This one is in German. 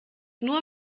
nur